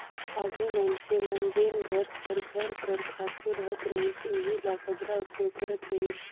आघु मइनसे मन जेन घर कर घर कर खातू रहत रहिस ओही ल बगरा उपयोग करत रहिन